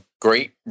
great